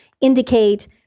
indicate